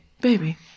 baby